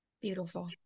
Beautiful